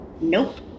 Nope